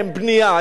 אצל הליכוד,